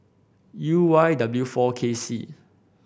U Y W four K C